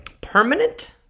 permanent